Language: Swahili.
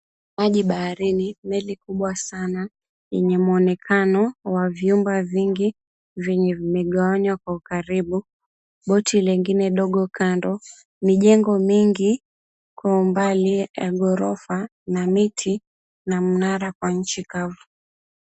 Maji baharini, meli kubwa sana yenye muonekano wa vyumba vingi venye vimegawanywa kwa ukaribu. Boti lengine dogo kando, mijengo mengi kwa umbali ya ghorofa na miti, na mnara kwa nchi kavu.